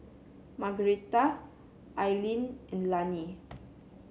Margueritta Eileen and Lannie